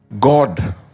God